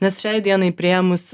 nes šiai dienai priėmus